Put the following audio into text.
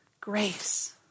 grace